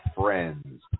friends